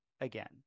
again